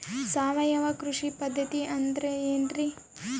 ಸಾವಯವ ಕೃಷಿ ಪದ್ಧತಿ ಅಂದ್ರೆ ಏನ್ರಿ?